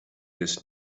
this